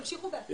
תמשיכו, בהצלחה.